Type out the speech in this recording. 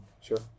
Sure